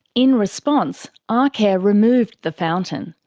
in response, arcare removed the fountain,